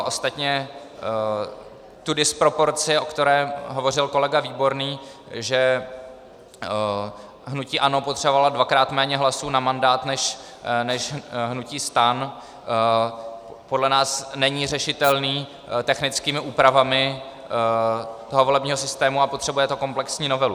Ostatně ta disproporce, o které hovořil kolega Výborný, že hnutí ANO potřebovalo dvakrát méně hlasů na mandát než hnutí STAN, podle nás není řešitelná technickými úpravami volebního systému a potřebuje to komplexní novelu.